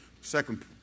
second